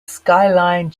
skyline